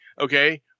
okay